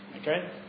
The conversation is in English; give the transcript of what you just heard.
Okay